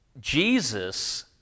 Jesus